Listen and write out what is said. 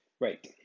Right